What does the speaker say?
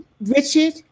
Richard